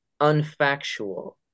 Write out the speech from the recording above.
unfactual